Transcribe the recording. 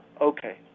okay